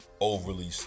overly